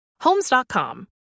homes.com